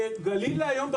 בגליל היום,